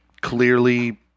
clearly